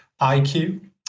iq